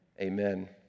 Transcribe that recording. Amen